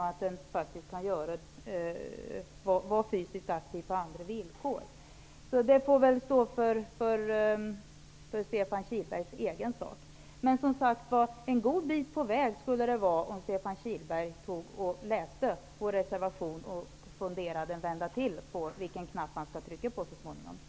Man kan faktiskt vara fysiskt aktiv på andra villkor. Som sagt: Stefan Kihlberg skulle komma en god bit på väg om han läste vår reservation och funderade en vända till på vilken knapp han så småningom skall trycka på.